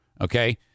Okay